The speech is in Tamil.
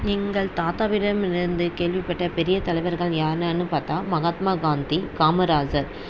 எங்கள் தாத்தாவிடமிருந்து கேள்விப்பட்ட பெரிய தலைவர்கள் யார் யார்ன்னு பார்த்தா மஹாத்மா காந்தி காமராஜர்